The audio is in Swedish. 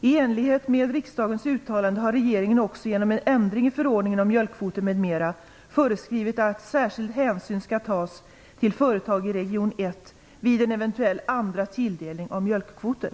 I enlighet med riksdagens uttalande har regeringen också genom en ändring i förordningen om mjölkkvoter m.m. föreskrivit att särskild hänsyn skall tas till företag i region 1 vid en eventuell andra tilldelning av mjölkkvoter.